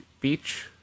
beach